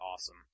awesome